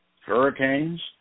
hurricanes